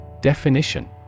Definition